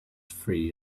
free